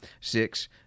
Six